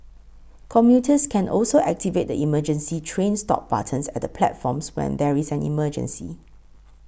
commuters can also activate the emergency train stop buttons at the platforms when there is an emergency